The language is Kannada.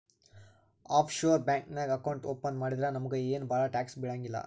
ಆಫ್ ಶೋರ್ ಬ್ಯಾಂಕ್ ನಾಗ್ ಅಕೌಂಟ್ ಓಪನ್ ಮಾಡಿದ್ರ ನಮುಗ ಏನ್ ಭಾಳ ಟ್ಯಾಕ್ಸ್ ಬೀಳಂಗಿಲ್ಲ